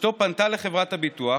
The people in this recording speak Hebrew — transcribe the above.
אשתו פנתה לחברת הביטוח